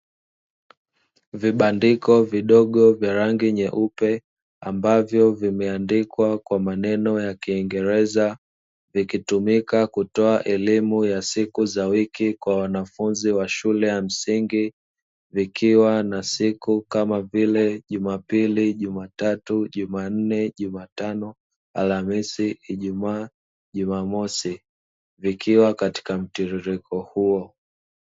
Vibandiko vidogo vya rangi nyeupe ambavyo vimeandikwa kwa maneno ya kiingereza vikitumika kutoa elimu za siku za wiki kwa wanafunzi wa shule ya msingi zikiwa na siku kama vile jumapili, jumatatu, jumanne, jumatano, alhamisi, ijumaa, jumamosi. Vikiwa kwenye mtiririko huo.